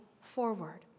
forward